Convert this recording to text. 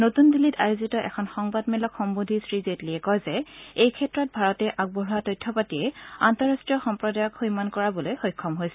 নতুন দিল্লীত আয়োজিত এখন সংবাদমেল সম্বোধি শ্ৰী জেটলীয়ে কয় যে এইক্ষেত্ৰত ভাৰতে আগবঢ়োৱা তথ্যপাতিয়ে আন্তঃৰাষ্ট্ৰীয় সম্প্ৰদায়ক সৈমান কৰাবলৈ সক্ষম হৈছে